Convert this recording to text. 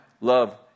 love